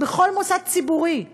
בכל מוסד ציבורי,